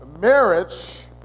Marriage